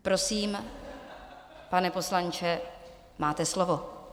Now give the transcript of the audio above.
Prosím, pane poslanče, máte slovo.